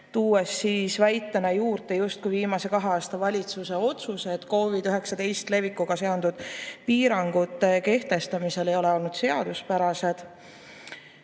ning tõi väitena juurde, justkui viimase kahe aasta valitsuse otsused COVID-19 levikuga seonduvate piirangute kehtestamisel ei ole olnud seaduspärased.